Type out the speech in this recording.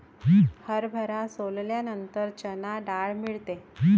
हरभरा सोलल्यानंतर चणा डाळ मिळते